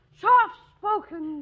soft-spoken